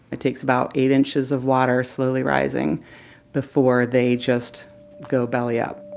it takes about eight inches of water slowly rising before they just go belly up.